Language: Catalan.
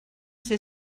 ser